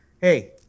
hey